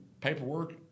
paperwork